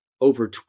over